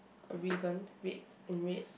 a ribbon red in red